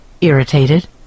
irritated